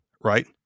right